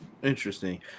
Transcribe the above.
Interesting